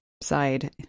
side